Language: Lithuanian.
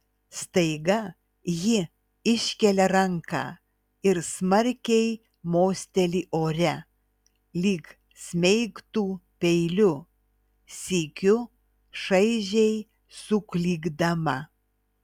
staiga ji iškelia ranką ir smarkiai mosteli ore lyg smeigtų peiliu sykiu šaižiai suklykdama